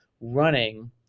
running